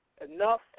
Enough